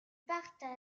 partent